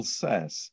says